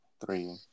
three